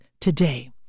today